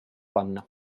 panna